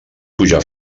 pujar